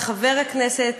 וחבר הכנסת,